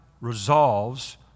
resolves